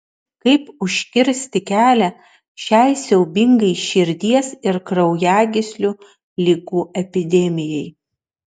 kaip užkirsti kelią šiai siaubingai širdies ir kraujagyslių ligų epidemijai